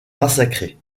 massacrée